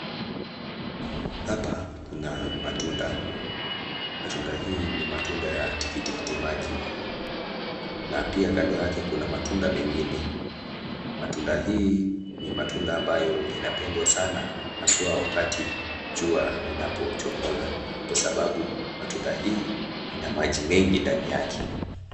Hapa tunaona kuna matunda, matunda hii ni matunda ya tikiti maji na pia kando yake kuna matunda mengine. Matunda hii ni matunda ambayo inapendwa sana hazwa wakati jua inapochomoka kwa sababu matunda hii ina maji mengi ndani yake.